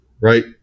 right